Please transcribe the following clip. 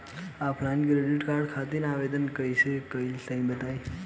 Offline credit card खातिर आवेदन कइसे करि तनि बताई?